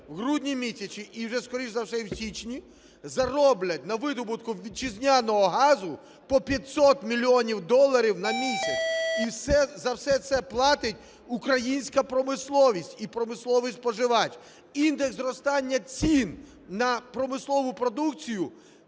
в грудні місяці і вже, скоріше всього, в січні, зароблять на видобутку вітчизняного газу по 500 мільйонів доларів на місяць і за все це платить українська промисловість і промисловий споживач. Індекс зростання цін на промислову продукцію,